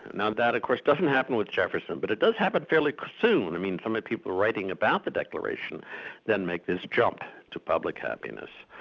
now, that of course doesn't happen with jefferson, but it does happen fairly soon. i mean, um people writing about the declaration then make this jump to public happiness.